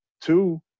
two